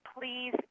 Please